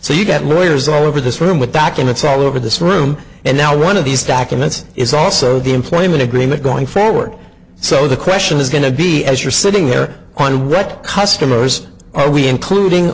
so you've got lawyers all over this room with documents all over this room and now one of these documents is also the employment agreement going forward so the question is going to be as you're sitting there on the right customers are we including